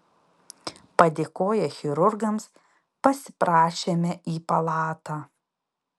padėkoję chirurgams pasiprašėme į palatą